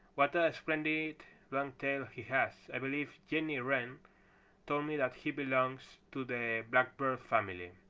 what a splendid long tail he has. i believe jenny wren told me that he belongs to the blackbird family.